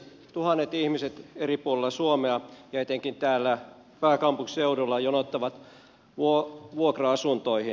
tuhannet ihmiset eri puolilla suomea ja etenkin täällä pääkaupunkiseudulla jonottavat vuokra asuntoihin